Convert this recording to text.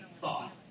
thought